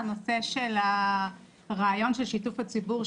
הנושא של הרעיון של שיתוף הציבור,